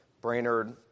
Brainerd